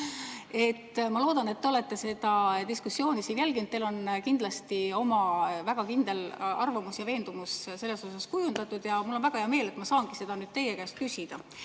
Ma loodan, et te olete seda diskussiooni siin jälginud. Teil on kindlasti väga kindel arvamus ja veendumus selles asjas kujundatud ja mul on väga hea meel, et ma saan seda teie käest küsida.